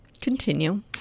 Continue